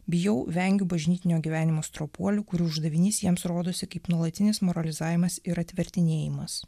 bijau vengiu bažnytinio gyvenimo stropuolių kurių uždavinys jiems rodosi kaip nuolatinis moralizavimas ir atvertinėjimas